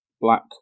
black